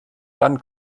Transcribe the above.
dann